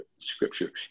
scripture